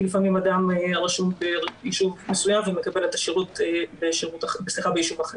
לפעמים אדם רשום בישוב מסוים ומקבל את השירות בישוב אחר.